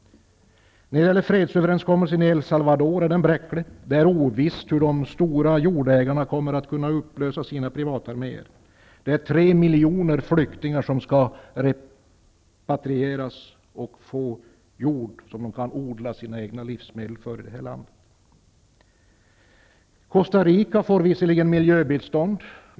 Fredsöverenskommelsen i El Salvador är bräcklig. Det är ovisst om de stora jordägarna kommer att upplösa sina privatarméer. Tre miljoner flyktingar skall repatrieras och få jord att odla egna livsmedel på. Costa Rica får visserligen miljöbistånd.